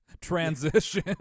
transition